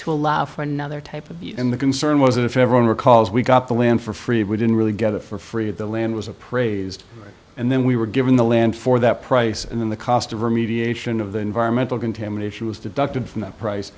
to allow for another type of and the concern was that if everyone recalls we got the land for free we didn't really get it for free the land was appraised and then we were given the land for that price and then the cost of remediation of the environmental contamination was deducted from that price